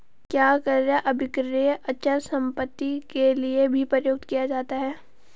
क्या क्रय अभिक्रय अचल संपत्ति के लिये भी प्रयुक्त किया जाता है?